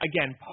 again